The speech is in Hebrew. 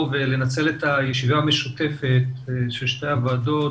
ולנצל את הישיבה המשותפת של שתי הוועדות,